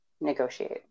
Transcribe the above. negotiate